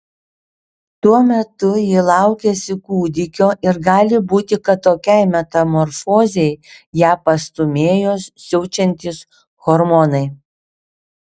tuo metu ji laukėsi kūdikio ir gali būti kad tokiai metamorfozei ją pastūmėjo siaučiantys hormonai